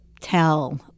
tell